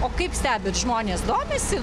o kaip stebit žmonės domisi